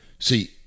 See